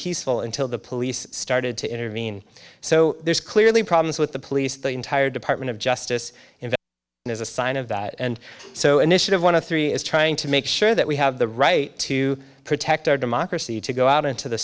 peaceful until the police started to intervene so there's clearly problems with the police the entire department of justice in the end is a sign of that and so initiative one of three is trying to make sure that we have the right to protect our democracy to go out into the